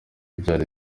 byari